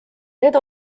need